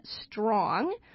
strong